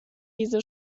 diese